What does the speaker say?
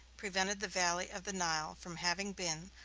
prevented the valley of the nile from having been,